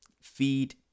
Feed